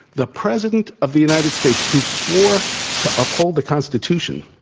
the president of the united states, who swore to uphold the constitution,